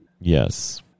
Yes